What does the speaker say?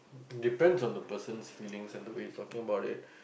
depends on the person's feeling and the way you are talking about it